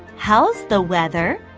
how's the weather?